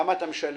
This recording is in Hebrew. כמה אתה משלם?